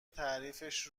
تعریفش